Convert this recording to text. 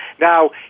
Now